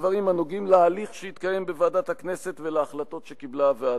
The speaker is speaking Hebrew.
לא איזו זכות שאפשר להשתמש בה אם רוצים ואם לאו.